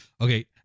okay